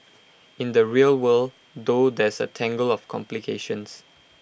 in the real world though there's A tangle of complications